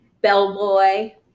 bellboy